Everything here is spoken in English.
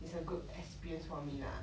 it's a good experience for me lah